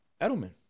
Edelman